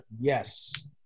yes